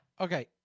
Okay